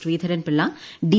Sreedharan Pillai D